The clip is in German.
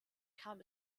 kam